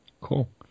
cool